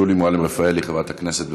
שולי מועלם-רפאלי, חברת הכנסת.